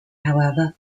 however